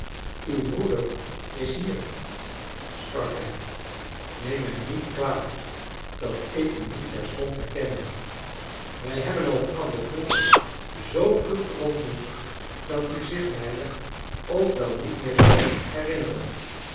uw broeder is hier sprak hij neem mij niet kwalijk dat ik u niet terstond herkende wij hebben elkander vroeger zoo vluchtig ontmoet dat u zich mijner ook wel niet meer zal herinneren